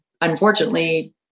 unfortunately